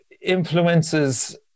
influences